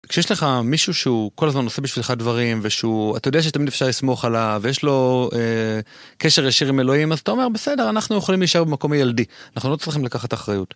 כשיש לך מישהו שהוא כל הזמן עושה בשבילך דברים ושהוא... אתה יודע שתמיד אפשר לסמוך עליו ויש לו אה... קשר ישיר עם אלוהים אז אתה אומר בסדר אנחנו יכולים להישאר במקום ילדי אנחנו לא צריכים לקחת אחריות.